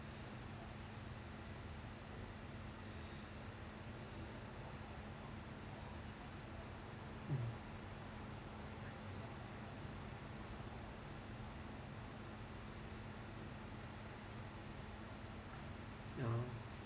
mm ya